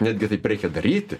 netgi taip reikia daryti